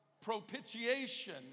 propitiation